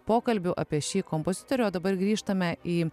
pokalbių apie šį kompozitorių o dabar grįžtame į